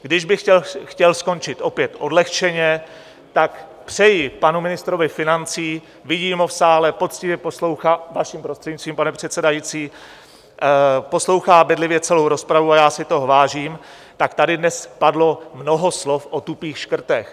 Kdybych chtěl skončit opět odlehčeně, tak přeji panu ministrovi financí, vidím ho v sále, poctivě poslouchá, vaším prostřednictvím, pane předsedající, poslouchá bedlivě celou rozpravu a já si toho vážím tady dnes padlo mnoho slov o tupých škrtech.